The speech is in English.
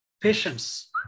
patience